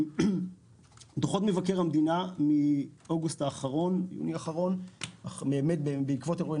דוחות מבקר המדינה מאוגוסט האחרון - בעקבות אירועי